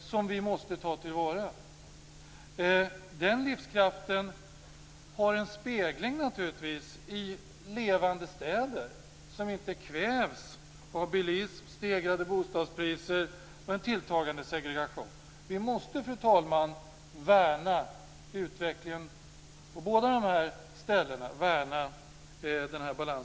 som vi måste ta till vara. Den livskraften har naturligtvis en spegling i levande städer, som inte kvävs av bilism, stegrade bostadspriser och en tilltagande segregation. Vi måste, fru talman, värna utvecklingen och den här balansen på båda dessa ställen.